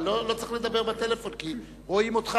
אבל לא צריך לדבר בטלפון כי רואים אותך.